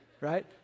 Right